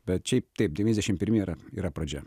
bet šiaip taip devyniasdešim pirmi yra yra pradžia